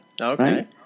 Okay